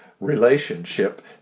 relationship